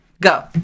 go